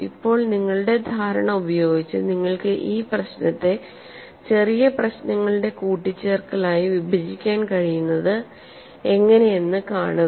ഇപ്പോൾ നിങ്ങളുടെ ധാരണ ഉപയോഗിച്ച് നിങ്ങൾക്ക് ഈ പ്രശ്നത്തെ ചെറിയ പ്രശ്നങ്ങളുടെ കൂട്ടിച്ചേർക്കലായി വിഭജിക്കാൻ കഴിയുന്നത് എങ്ങനെയെന്ന് കാണുക